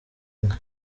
nka